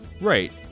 right